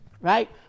right